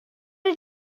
did